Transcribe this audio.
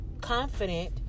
confident